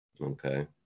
Okay